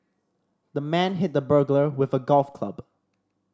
the man hit the burglar with a golf club